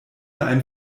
ein